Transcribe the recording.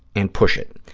and push it.